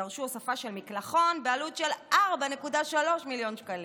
דרשו הוספה של מקלחון בעלות של 4.3 מיליון שקלים,